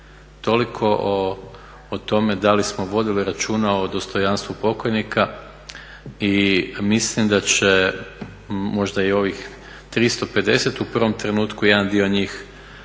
Toliko o tome da li smo vodili računa o dostojanstvu pokojnika i mislim da će možda i ovih 350 u prvom trenutku jedan dio njih